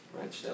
Right